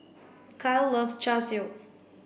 Kiel loves Char Siu